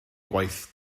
gwaith